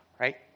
Right